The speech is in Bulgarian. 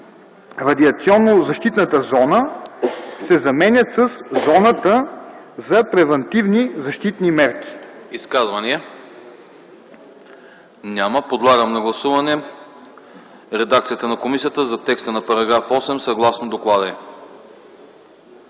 „радиационнозащитната зона” се заменят със „зоната за превантивни защитни мерки”.”